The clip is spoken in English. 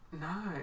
no